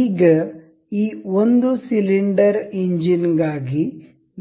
ಈಗ ಈ ಒಂದು ಸಿಲಿಂಡರ್ ಎಂಜಿನ್ಗಾಗಿ